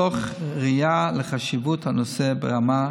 מתוך ראייה של חשיבות הנושא ברמה בין-לאומית.